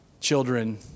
children